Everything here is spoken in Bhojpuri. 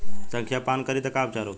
संखिया पान करी त का उपचार होखे?